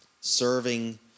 serving